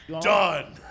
Done